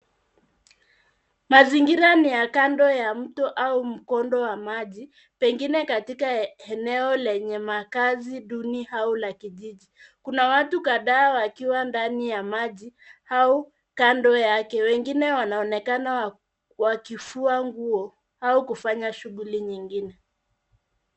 Mazingira ni kando ya mto au mkondo wa maji, pengine katika eneo lenye makazi duni au la kijiji. Kuna watu kadhaa wakiwa ndani ya maji au kando yake. Wengine wanaonekana wakifua nguo au wakifanya shughuli nyingine.